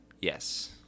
Yes